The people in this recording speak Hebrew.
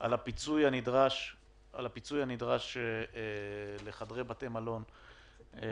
על הפיצוי הנדרש לחדרי בתי מלון ולמלונאות.